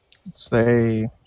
Say